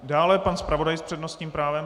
Dále pan zpravodaj s přednostním právem.